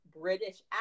British